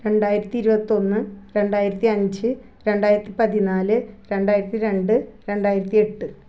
രണ്ടായിരത്തി ഇരുപത്തി ഒന്ന് രണ്ടായിരത്തി അഞ്ച് രണ്ടായിരത്തി പതിനാല് രണ്ടായിരത്തി രണ്ട് രണ്ടായിരത്തി എട്ട്